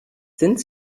sind